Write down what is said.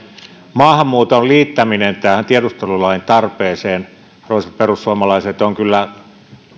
maahanmuuton liittäminen tähän tiedustelulain tarpeeseen arvoisat perussuomalaiset on kyllä